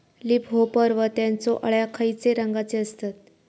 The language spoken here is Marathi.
लीप होपर व त्यानचो अळ्या खैचे रंगाचे असतत?